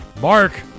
Mark